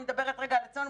אני מדברת רגע על עצמנו,